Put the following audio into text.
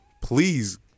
please